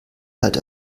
halt